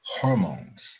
Hormones